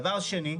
דבר שני,